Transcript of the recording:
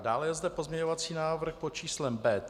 Dále je zde pozměňovací návrh pod číslem B3.